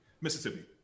Mississippi